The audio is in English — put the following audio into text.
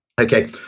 Okay